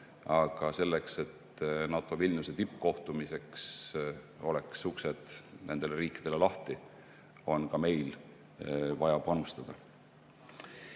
Aga selleks, et NATO Vilniuse tippkohtumiseks oleks uksed nendele riikidele lahti, on ka meil vaja panustada.